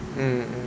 mm mm